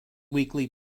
weekly